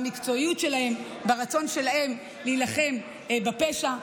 במקצועיות שלהם וברצון שלהם להילחם בפשע,